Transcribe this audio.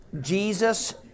Jesus